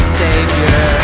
savior